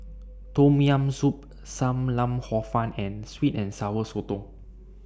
Tom Yam Soup SAM Lau Hor Fun and Sweet and Sour Sotong